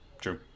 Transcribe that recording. true